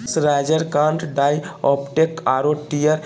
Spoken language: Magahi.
मर्सराइज्ड कॉटन डाई अपटेक आरो टियर